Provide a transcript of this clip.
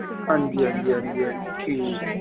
हां जी हां जी ठीक